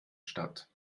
stadt